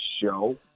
show